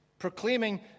proclaiming